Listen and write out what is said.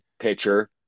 pitcher